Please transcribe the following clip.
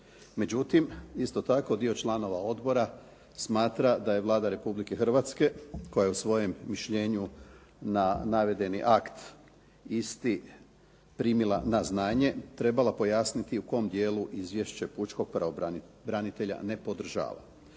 Međutim, isto tako dio članova odbora smatra da je Vlada Republike Hrvatske koja je u svojem mišljenju na navedeni akt isti primila na znanje trebala pojasniti u kom dijelu izvješće pučkog pravobranitelja ne podržava.